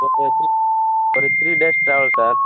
ஒரு த்ரீ ஒரு three days travels sir